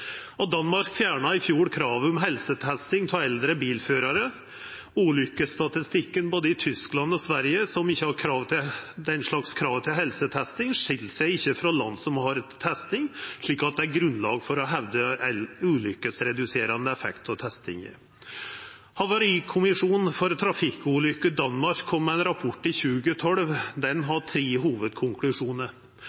Danmark fjerna i fjor kravet om helsetesting av eldre bilførarar. Ulykkesstatistikken i både Tyskland og Sverige, som ikkje har den slags krav til helsetesting, skil seg ikkje frå land som har testing, så det er ikkje grunnlag for å hevda ulykkesreduserande effekt av testing. Havarikommisjonen for trafikkulykker i Danmark kom med ein rapport i 2012. Den